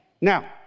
Now